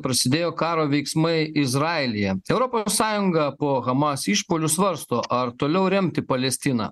prasidėjo karo veiksmai izraelyje europos sąjunga po hamas išpuolių svarsto ar toliau remti palestiną